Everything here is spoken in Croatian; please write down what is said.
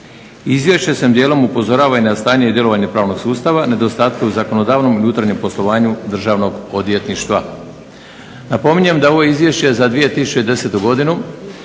Izvješće svojim dijelom upozorava i na stanje i djelovanje pravnog sustava, nedostatke u zakonodavnom i unutarnjem poslovanju državnog odvjetništva. Napominjem da je ovo izvješće za 2010. godinu